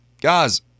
Guys –